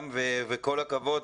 גם, וכל הכבוד.